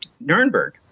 Nuremberg